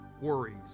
worries